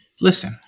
listen